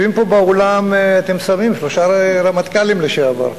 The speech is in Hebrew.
יושבים פה באולם שלושה רמטכ"לים לשעבר,